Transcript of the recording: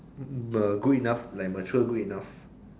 good enough like mature good enough